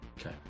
Okay